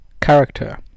character